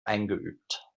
eingeübt